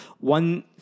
one